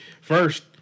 First